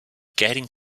getting